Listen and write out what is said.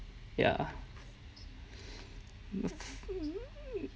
ya